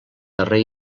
darrer